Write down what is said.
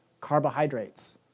Carbohydrates